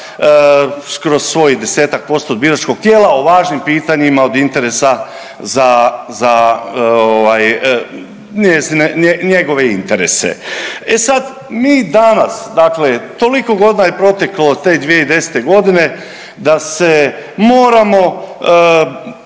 kroz svojih desetak posto od biračkog tijela o važnim pitanjima od interesa za njegove interese. E sad, mi danas dakle toliko godina je proteklo od te 2010. godine da se moramo